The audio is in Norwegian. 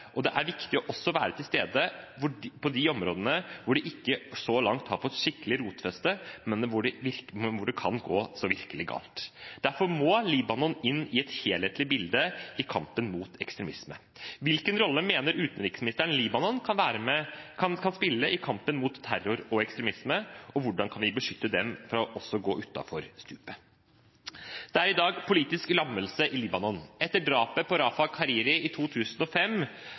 og det er viktig også å være til stede i de områdene de ikke har fått skikkelig rotfeste så langt, men hvor det kan gå virkelig galt. Derfor må Libanon inn i et helhetlig bilde i kampen mot ekstremisme. Hvilken rolle mener utenriksministeren Libanon kan spille i kampen mot terror og ekstremisme, og hvordan kan vi beskytte dem fra å gå utenfor stupet? Det er i dag politisk lammelse i Libanon. Etter drapet på Rafiq Hariri i 2005